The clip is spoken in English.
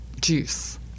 juice